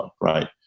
right